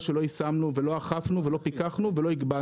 שלא יישמנו ולא אכפנו ולא פיקחנו ולא הגבלנו.